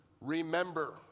remember